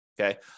okay